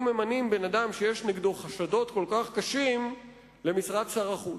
ממנים בן-אדם שיש נגדו חשדות כל כך קשים למשרת שר החוץ.